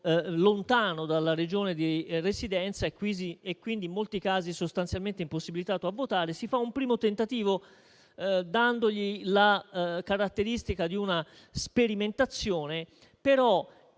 lontano dalla Regione di residenza e, in molti casi, sostanzialmente impossibilitato a votare. Si fa un primo tentativo, dandogli però la caratteristica di una sperimentazione. Quindi,